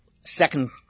Second